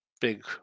big